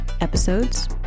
episodes